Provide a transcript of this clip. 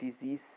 disease